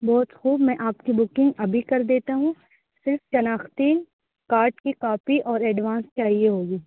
بہت خوب میں آپ کی بکنگ ابھی کر دیتا ہوں صرف شناختی کارڈ کی کاپی اور ایڈوانس چاہیے ہوگی